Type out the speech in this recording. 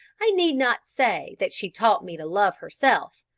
i need not say that she taught me to love herself,